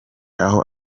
aho